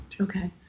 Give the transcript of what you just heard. Okay